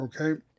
Okay